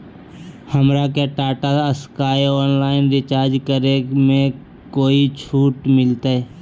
हमरा के Tata Sky online recharge करे में कोई छूट मिलतई